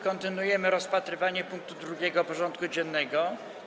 Kontynuujemy rozpatrywanie punktu 2. porządku dziennego.